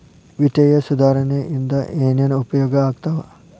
ವಿತ್ತೇಯ ಸುಧಾರಣೆ ಇಂದ ಏನೇನ್ ಉಪಯೋಗ ಆಗ್ತಾವ